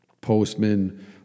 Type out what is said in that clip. Postman